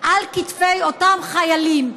על כתפי אותם חיילים,